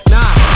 Nah